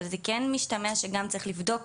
אבל זה כן משתמע שגם צריך לבדוק